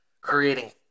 creating